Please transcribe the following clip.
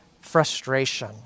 frustration